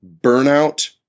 burnout